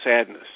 sadness